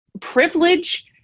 privilege